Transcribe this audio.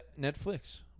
Netflix